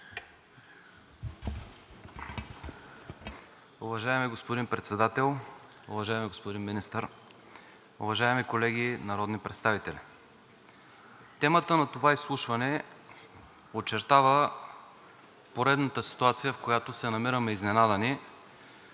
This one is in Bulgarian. Уважаеми господин Председател, уважаеми господин Министър, уважаеми колеги народни представители! Темата на това изслушване очертава поредната ситуация, в която се намираме – изненадани